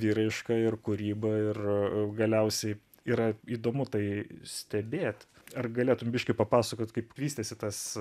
ir raiška ir kūryba ir galiausiai yra įdomu tai stebėt ar galėtum biškį papasakot kaip vystėsi tas